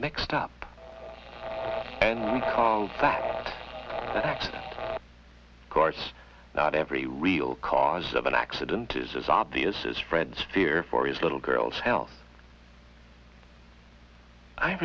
mixed up and called that that course not every real cause of an accident is as obvious as fred's fear for his little girl's health i